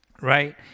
right